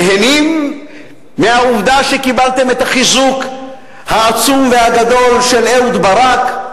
נהנים מהעובדה שקיבלתם את החיזוק העצום והגדול של אהוד ברק?